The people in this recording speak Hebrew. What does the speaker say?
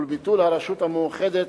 ולביטול הרשות המאוחדת,